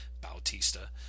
Bautista